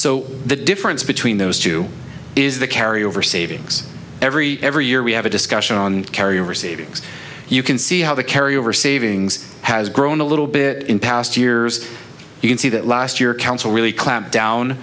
so the difference between those two is the carryover savings every every year we have a discussion on carry over savings you can see how the carryover savings has grown a little bit in past years you can see that last year council really clamp down